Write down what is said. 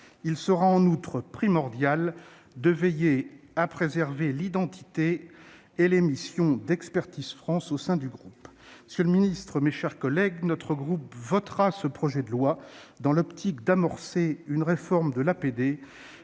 il sera primordial de veiller à la préservation de l'identité et des missions d'Expertise France au sein du groupe. Monsieur le ministre, mes chers collègues, notre groupe votera ce projet de loi, afin d'amorcer une réforme de l'APD,